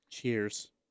Cheers